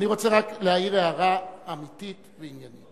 אני רוצה רק להעיר הערה אמיתית ועניינית.